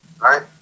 right